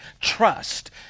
trust